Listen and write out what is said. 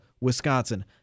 Wisconsin